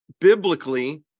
biblically